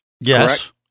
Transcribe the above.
yes